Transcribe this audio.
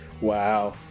Wow